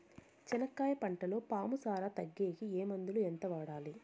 చెనక్కాయ పంటలో పాము సార తగ్గేకి ఏ మందులు? ఎంత వాడాలి?